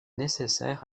nécessaires